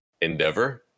endeavor